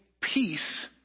peace